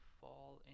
fall